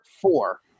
four